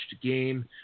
game